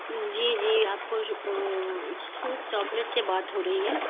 جی جی آپ کو سوئٹ شاپنر سے بات ہورہی ہے